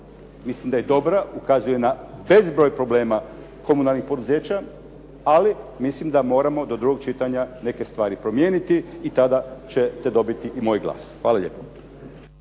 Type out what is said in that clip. Mislim da je dobra. Ukazuje na bezbroj problema komunalnih poduzeća. Ali mislim da moramo do drugog čitanja neke stvari promijeniti i tada ćete dobiti i moj glas. Hvala lijepo.